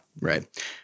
Right